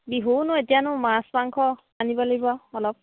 বিহুনো এতিয়ানো মাছ মাংস আনিব লাগিব অলপ